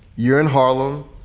you're in harlem.